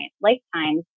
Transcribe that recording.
lifetime